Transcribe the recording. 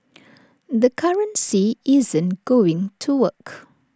the currency isn't going to work